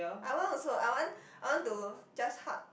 I want also I want I want to just hug